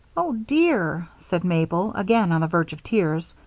oh, dear, said mabel, again on the verge of tears,